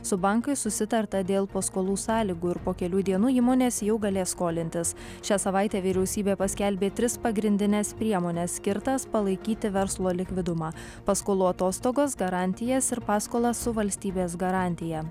su bankais susitarta dėl paskolų sąlygų ir po kelių dienų įmonės jau galės skolintis šią savaitę vyriausybė paskelbė tris pagrindines priemones skirtas palaikyti verslo likvidumą paskolų atostogas garantijas ir paskolą su valstybės garantija